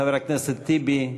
חבר הכנסת טיבי.